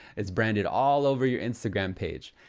it's branded all over your instagram page.